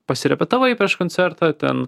pasirepetavai prieš koncertą ten